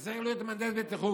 זה צריך להיות עם מהנדס בטיחות,